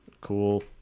cool